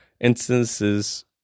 instances